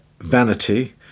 vanity